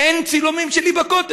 אין צילומים שלי בכותל.